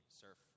surf